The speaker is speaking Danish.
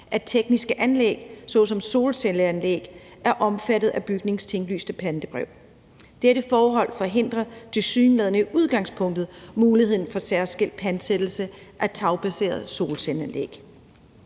at tekniske anlæg såsom solcelleanlæg er omfattet af bygningens tinglyste pantebrev. Dette forhold forhindrer tilsyneladende i udgangspunktet muligheden for særskilt pantsættelse af tagbaserede solcelleanlæg.